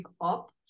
up